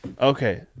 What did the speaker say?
Okay